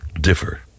differ